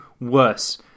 worse